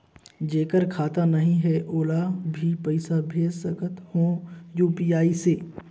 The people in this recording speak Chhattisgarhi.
जेकर खाता नहीं है ओला भी पइसा भेज सकत हो यू.पी.आई से?